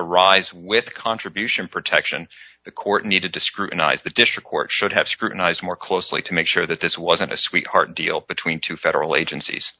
arise with contribution protection the court needed to scrutinize the district court should have scrutinized more closely to make sure that this wasn't a sweetheart deal between two federal agencies